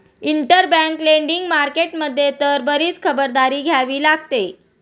interbank lending market मध्ये तर बरीच खबरदारी घ्यावी लागते